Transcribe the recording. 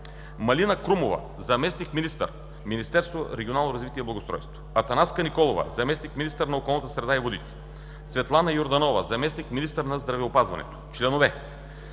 Малина Крумова – заместник-министър на регионалното развитие и благоустройството; Атанаска Николова – заместник-министър на околната среда и водите; Светлана Йорданова – заместник-министър на здравеопазването. Членове: